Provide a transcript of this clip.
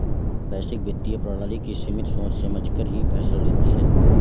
वैश्विक वित्तीय प्रणाली की समिति सोच समझकर ही फैसला लेती है